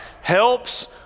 Helps